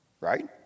Right